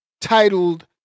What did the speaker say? titled